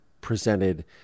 presented